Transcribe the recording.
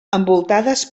envoltades